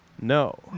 no